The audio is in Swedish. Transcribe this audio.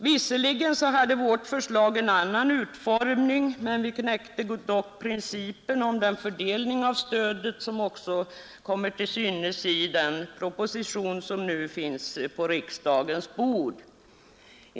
Visserligen hade vårt förslag en annan utformning, men vi knäckte dock principen om den fördelning av stödet som också kommer till synes i den proposition som nu ligger på riksdagens bord.